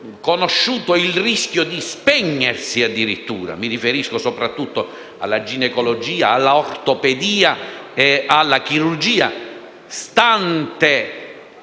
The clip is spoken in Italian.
conosciuto il rischio di spegnersi: mi riferisco soprattutto alla ginecologia, all'ortopedia e alla chirurgia, stante